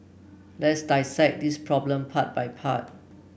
let's dissect this problem part by part